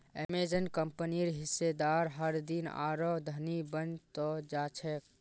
Amazon कंपनीर हिस्सेदार हरदिन आरोह धनी बन त जा छेक